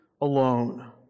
alone